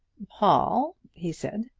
paul, he said,